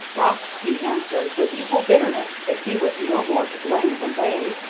rothsky answered with equal bitterness that he was no more to blame than they,